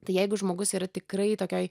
tai jeigu žmogus yra tikrai tokioj